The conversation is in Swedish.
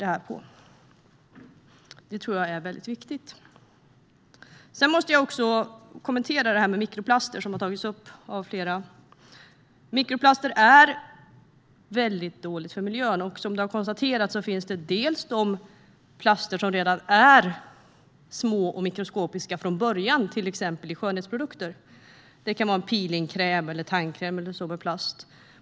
Det tror jag är viktigt. Jag måste kommentera det här med mikroplaster som har tagits upp av flera talare. Mikroplaster är dåliga för miljön. Som man har konstaterat finns det plaster som är små eller mikroskopiska från början, till exempel i skönhetsprodukter. Det kan vara peelingkräm eller tandkräm med plast.